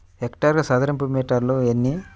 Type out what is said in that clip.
హెక్టారుకు చదరపు మీటర్లు ఎన్ని?